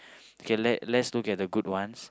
okay let let's look at the good ones